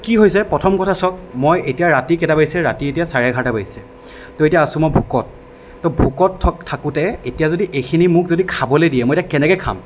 তো কি হৈছে প্ৰথম কথা চাওক মই এতিয়া ৰাতি কেইটা বাজিছে ৰাতি এতিয়া চাৰে এঘাৰটা বাজিছে তো এতিয়া আছোঁ মই ভোকত তো ভোকত থক থাকোঁতে এইখিনি এতিয়া যদি এইখিনি মোক যদি খাবলৈ দিয়ে মই এতিয়া কেনেকৈ খাম